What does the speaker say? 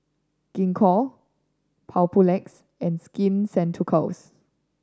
Gingko Papulex and Skin Ceuticals